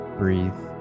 breathe